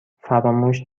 فراموش